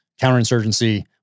Counterinsurgency